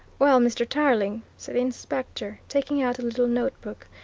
well, mr. tarling, said the inspector, taking out a little notebook,